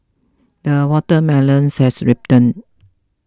the watermelons has ripened